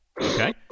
okay